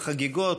אלא חגיגות,